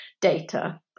data